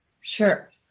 sure